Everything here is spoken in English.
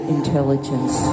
Intelligence